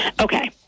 okay